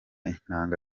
intanga